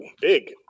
Big